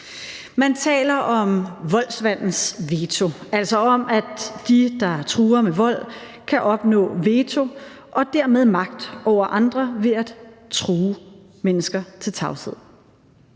Man taler om voldsmandens veto, altså om, at dem, der truer med vold, kan opnå veto og dermed magt over andre ved at true mennesker til tavshed.